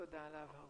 תודה על ההבהרה.